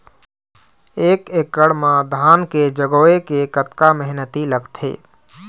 एक एकड़ म धान के जगोए के कतका मेहनती लगथे?